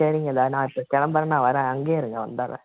சரிங்க இந்தோ நான் இப்போ கிளம்புறேன் நான் வரேன் அங்கேயே இருங்க வந்தர்றேன்